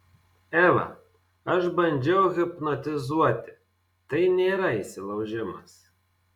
eva aš bandžiau hipnotizuoti tai nėra įsilaužimas